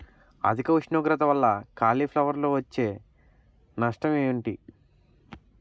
అధిక ఉష్ణోగ్రత వల్ల కాలీఫ్లవర్ వచ్చే నష్టం ఏంటి?